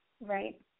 Right